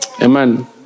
Amen